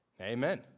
Amen